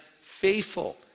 faithful